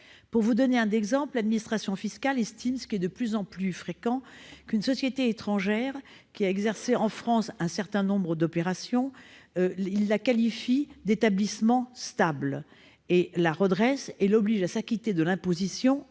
Pour vous donner un exemple, l'administration fiscale qualifie de plus en plus fréquemment une société étrangère qui a réalisé un certain nombre d'opérations en France d'établissement stable, la redresse et l'oblige à s'acquitter de l'imposition